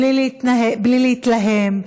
בלי להתלהם,